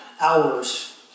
hours